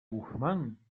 guzmán